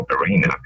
arena